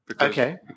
okay